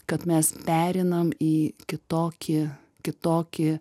kad mes pereinam į kitokį kitokį